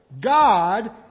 God